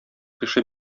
кеше